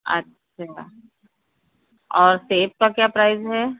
अच्छा और सेब का क्या प्राइज़ है